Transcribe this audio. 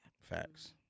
Facts